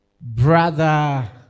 Brother